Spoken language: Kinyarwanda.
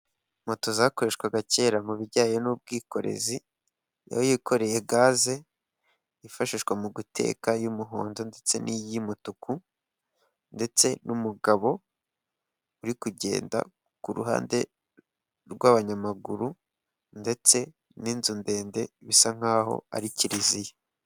Moto zakoreshwaga kera mu bijyanye n'ubwikorezi, niyi yikoreye gaze ifashishwa mu guteka y'umuhondo ndetse n'iy'umutuku ndetse n'umugabo uri kugenda ku ruhande rw'abanyamaguru ndetse n'inzu ndende bisa nk'aho ari kiliziya.